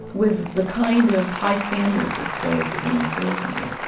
with the kind of high standards that stoicism instils in you,